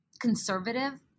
conservative